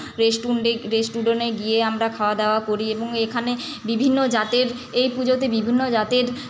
রেস্টুরেন্টে গিয়ে আমরা খাওয়া দাওয়া করি এবং এখানে বিভিন্ন জাতের এই পুজোতে বিভিন্ন জাতের